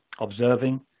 observing